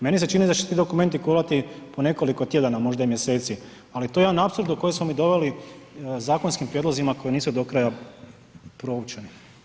Meni se čini da će ti dokumenti kolati po nekoliko tjedana možda i mjeseci ali to je jedan apsurd u koji smo mi doveli zakonskim prijedlozima koji nisu do kraja proučeni.